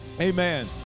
amen